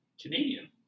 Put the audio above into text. Canadian